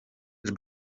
els